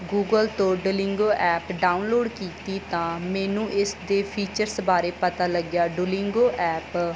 Google ਤੋਂ Duolingo app download ਕੀਤੀ ਤਾਂ ਮੈਨੂੰ ਇਸ ਦੇ ਫੀਚਰਸ ਬਾਰੇ ਪਤਾ ਲੱਗਿਆ ਡੁਲਿੰਗੋ ਐਪ